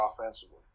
offensively